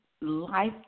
Life